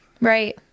right